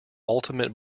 ultimate